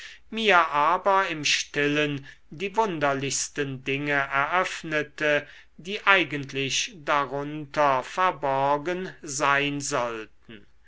mir aber im stillen die wunderlichsten dinge eröffnete die eigentlich darunter verborgen sein sollten